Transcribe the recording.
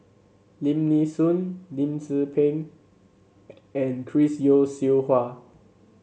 Lim Nee Soon Lim Tze Peng and Chris Yeo Siew Hua